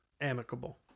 amicable